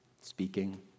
speaking